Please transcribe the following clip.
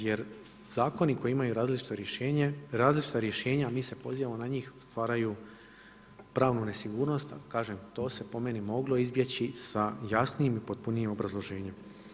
Jer zakoni koji imaju različita rješenja, a mi se pozivamo na njih stvaraju pravnu nesigurnost, a kažem to se po meni moglo izbjeći sa jasnijim i potpunijim obrazloženjem.